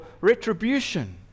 retribution